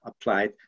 applied